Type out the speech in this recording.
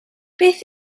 beth